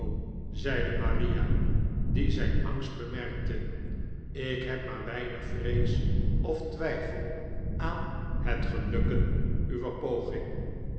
maria die zijn angst bemerkte ik heb maar weinig vrees of twijfel aan net gelukken uwer poging